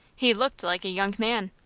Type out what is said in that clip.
he looked like a young man.